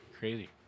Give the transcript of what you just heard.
Crazy